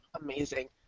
amazing